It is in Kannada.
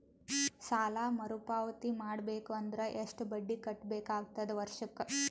ಸಾಲಾ ಮರು ಪಾವತಿ ಮಾಡಬೇಕು ಅಂದ್ರ ಎಷ್ಟ ಬಡ್ಡಿ ಕಟ್ಟಬೇಕಾಗತದ ವರ್ಷಕ್ಕ?